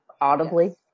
audibly